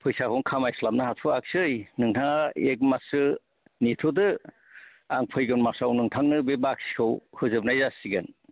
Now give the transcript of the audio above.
फैसाखौनो खामाय स्लाबनो हाथ'यासै नोंथाङा एख माससो नेथ'दो आं फैगौ मासाव नोंथांनो बे बाखिखौ होजोबनाय जासिगोन